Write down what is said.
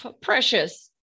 precious